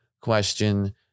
question